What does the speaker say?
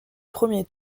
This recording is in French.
premier